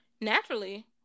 naturally